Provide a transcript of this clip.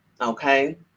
okay